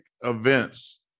events